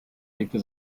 legte